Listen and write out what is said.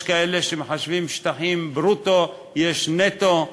יש כאלה שמחשבים שטחים ברוטו, יש נטו,